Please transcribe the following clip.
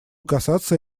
касаться